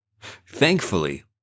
Thankfully